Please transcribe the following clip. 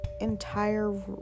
entire